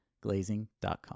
glazing.com